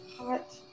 hot